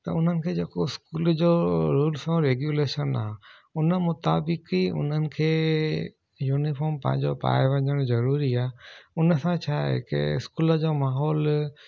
त उन्हनि खे जेको इस्कूल जो रूल्स ऐं रेगुलेशन आहे उन मुताबिक़ु ई उन्हनि खे यूनिफॉर्म पंहिंजो पाए वञणु ज़रूरी आहे उन सां छा आहे की इस्कूल जो माहौल